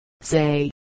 say